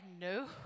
no